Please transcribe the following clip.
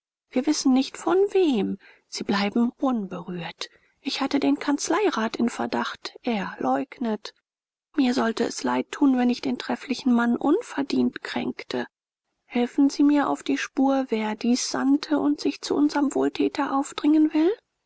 wir wissen nicht von wem sie bleiben unberührt ich hatte den kanzleirat in verdacht er leugnet mir sollte es leid tun wenn ich den trefflichen mann unverdient kränkte helfen sie mir auf die spur wer dies sandte und sich zu unserm wohltäter aufdringen will